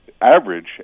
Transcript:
average